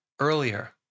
earlier